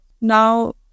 Now